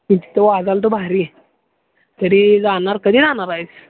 तिथं तो वाजेल तर भारी आहे तरी जाणार कधी जाणार आहेस